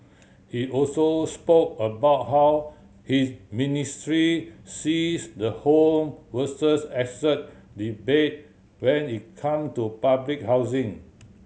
he also spoke about how his ministry sees the home versus asset debate when it come to public housing